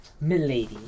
milady